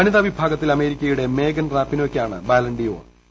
വനിതാ വിഭാഗത്തിൽ അമേരിക്കയുടെ മേഗൻ റപിനോയ്ക്കാണ് ബാലൺ ഡി ഓർ